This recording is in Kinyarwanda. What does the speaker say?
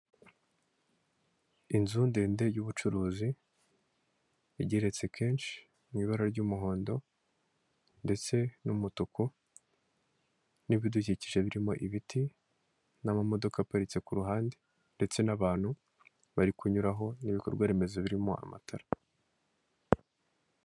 Inzu ndende y'ubucuruzi igeretse kenshi mu ibara ry'umuhondo ndetse n'umutuku n'ibidukikije birimo ibiti n'amamodoka aparitse k'uruhande ndetse n'abantu bari kunyuraho n'ibikorwaremezo birimo amatara.